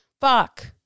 Fuck